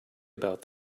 about